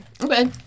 Okay